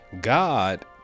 God